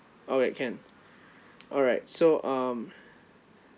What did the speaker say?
alright can alright so um